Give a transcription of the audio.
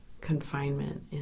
confinement